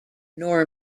nor